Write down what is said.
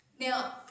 Now